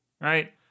right